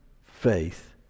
faith